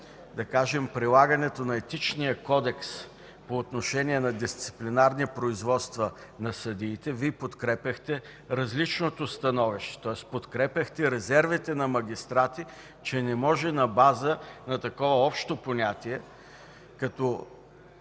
да кажем, прилагането на Етичния кодекс по отношение на дисциплинарни производства на съдиите, Вие подкрепяхте различното становище, тоест подкрепяхте резервите на магистрати, че на база на такова общо понятие, като